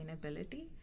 sustainability